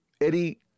Eddie